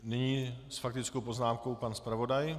Nyní s faktickou poznámkou pan zpravodaj.